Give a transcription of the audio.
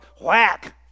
whack